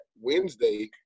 Wednesday